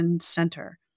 center